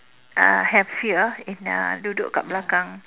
uh have fear in uh duduk dekat belakang